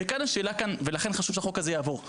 ולכן חשוב שהחוק הזה יעבור.